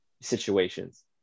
situations